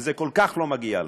וזה כל כך לא מגיע לנו,